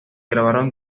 grabaron